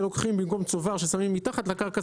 זה במקום צובר ששמים מתחת לקרקע,